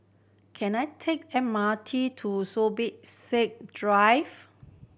can I take M R T to Zubir Said Drive